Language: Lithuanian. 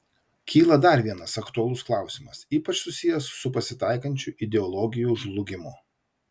kyla dar vienas aktualus klausimas ypač susijęs su pasitaikančiu ideologijų žlugimu